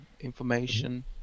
information